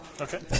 Okay